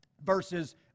verses